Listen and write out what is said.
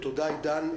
תודה, עידן.